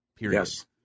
Yes